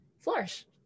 flourish